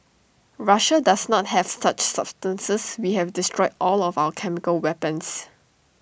Russia does not have such substances we have destroyed all of our chemical weapons